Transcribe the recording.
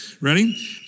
Ready